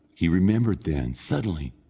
he remembered then, suddenly,